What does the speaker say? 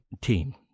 team